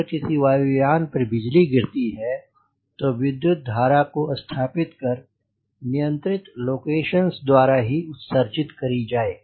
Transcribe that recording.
अगर किसी वायु यान पर बिजली गिरती है तो तो विद्युत् धारा को स्थापित कर नियंत्रित लोकेशंस द्वारा ही उत्सर्जित करी जाए